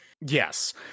Yes